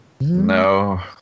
No